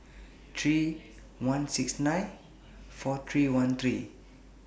three one six nine four three one three